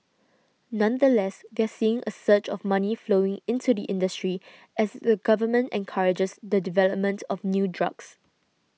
nonetheless they're seeing a surge of money flowing into the industry as the government encourages the development of new drugs